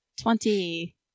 Twenty